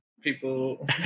people